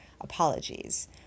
apologies